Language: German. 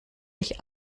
ich